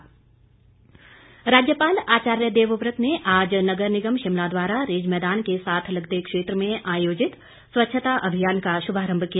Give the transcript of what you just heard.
राज्यपाल राज्यपाल आचार्य देवव्रत ने आज नगर निगम शिमला द्वारा रिज मैदान के साथ लगते क्षेत्र में आयोजित स्वच्छता अभियान का शुभारंभ किया